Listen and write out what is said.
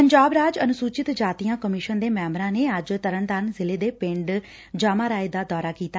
ਪੰਜਾਬ ਰਾਜ ਅਨੁਸੁਚਿਤ ਜਾਤੀਆਂ ਕਮਿਸ਼ਨ ਦੇ ਮੈਂਬਰਾਂ ਨੇ ਅੱਜ ਤਰਨਤਾਰਨ ਜ਼ਿਲ੍ਹੇ ਦੇ ਪੰਡ ਜਾਮਾਰਾਏ ਦਾ ਦੌਰਾ ਕੀਤਾ